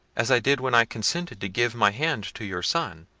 as i did when i consented to give my hand to your son